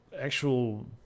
actual